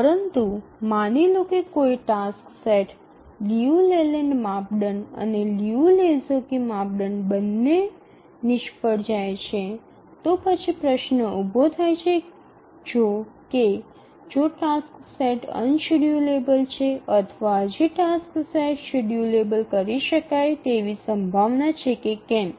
પરંતુ માની લો કે કોઈ ટાસ્ક સેટ લિયુ લેલેન્ડ માપદંડ અને લિયુ અને લેહોક્સ્કી માપદંડ બંને નિષ્ફળ જાય છે તો પછી પ્રશ્ન ઊભો થાય છે કે જો ટાસ્ક સેટ અનશેડ્યૂલેબલ છે અથવા હજી ટાસક્સ સેટ શેડ્યૂલેબલ કરી શકાય તેવી સંભાવના છે કે કેમ